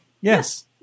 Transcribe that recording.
Yes